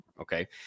Okay